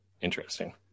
Interesting